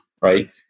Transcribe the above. right